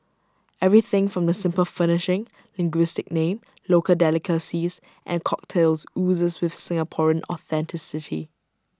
everything from the simple furnishing linguistic name local delicacies and cocktails oozes with Singaporean authenticity